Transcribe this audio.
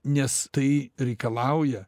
nes tai reikalauja